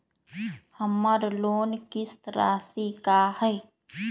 हमर लोन किस्त राशि का हई?